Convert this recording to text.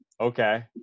Okay